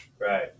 Right